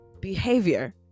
behavior